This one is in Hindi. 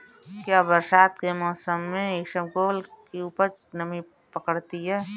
क्या बरसात के मौसम में इसबगोल की उपज नमी पकड़ती है?